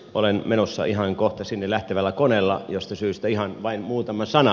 olen menossa ihan kohta sinne lähtevällä koneella mistä syystä ihan vain muutama sana